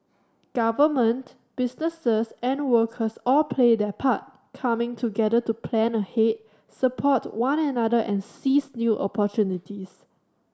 government businesses and workers all play their part coming together to plan ahead support one another and seize new opportunities